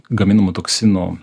gaminamų toksinų